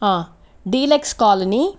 deluxe colony